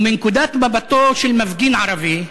ומנקודת מבטו של מפגין ערבי,